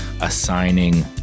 assigning